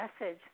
message